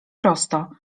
prosto